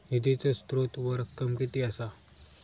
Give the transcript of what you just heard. निधीचो स्त्रोत व रक्कम कीती असा?